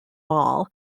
mall